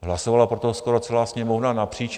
Hlasovala pro to skoro celá Sněmovna napříč?